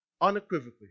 Unequivocally